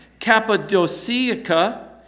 Cappadocia